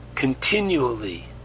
continually